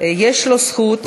יש לו זכות,